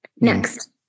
next